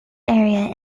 area